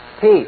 Peace